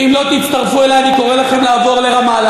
ואם לא תצטרפו אלי, אני קורא לכם לעבור לרמאללה.